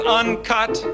uncut